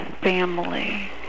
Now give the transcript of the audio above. family